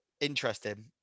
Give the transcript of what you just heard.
Interesting